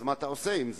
אז מה אתה עושה עם זה?